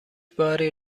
باری